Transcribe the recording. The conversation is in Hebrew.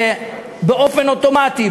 שבאופן אוטומטי,